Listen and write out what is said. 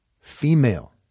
female